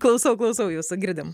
klausau klausau jūsų girdim